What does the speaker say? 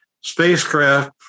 spacecraft